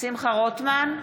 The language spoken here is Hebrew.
שולמן מת.